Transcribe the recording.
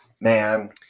man